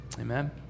Amen